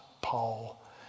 Paul